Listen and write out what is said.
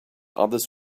others